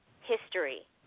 history